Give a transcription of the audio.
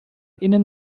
innen